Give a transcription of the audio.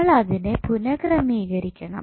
നമ്മൾ അതിനെ പുനഃക്രമീകരിക്കണം